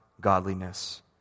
godliness